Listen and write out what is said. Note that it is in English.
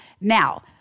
now